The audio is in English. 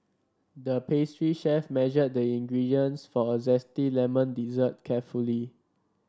the pastry chef measured the ingredients for a zesty lemon dessert carefully